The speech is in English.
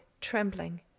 trembling